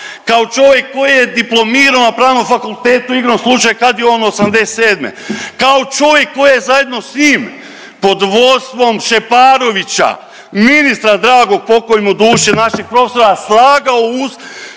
kao čovjek koji je diplomirao na Pravnom fakultetu igrom slučaja kad i on '87., kao čovjek koji je zajedno s njim pod vodstvom Šeparovića, ministra dragog, pokoj mu duši, našeg profesora slagao uz